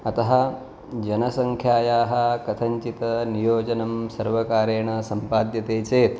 अतः जनसङ्ख्यायाः कथञ्चित् नियोजनं सर्वकारेण सम्पाद्यते चेत्